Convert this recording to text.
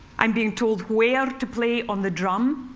i'm being told where to play on the drum.